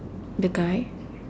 the guy